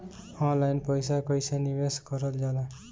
Online पईसा कईसे निवेश करल जाला?